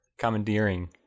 commandeering